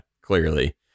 clearly